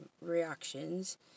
reactions